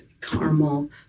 caramel